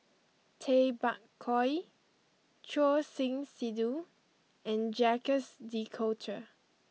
Tay Bak Koi Choor Singh Sidhu and Jacques de Coutre